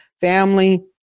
family